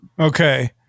Okay